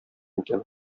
икән